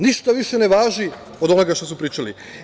Ništa više ne važi od onoga što su pričali.